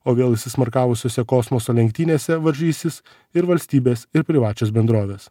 o vėl įsismarkavusiose kosmoso lenktynėse varžysis ir valstybės ir privačios bendrovės